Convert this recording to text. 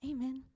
Amen